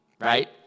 right